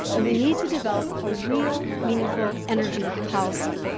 and we need to develop a real meaningful energy policy,